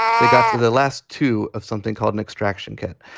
they got to the the last two of something called an extraction kit.